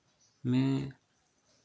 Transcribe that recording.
में